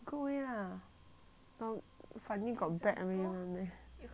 funny got bad way [one] meh